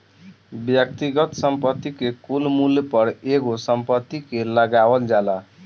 व्यक्तिगत संपत्ति के कुल मूल्य पर एगो संपत्ति के लगावल जाला